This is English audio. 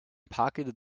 pocketed